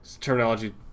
terminology